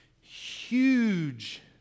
huge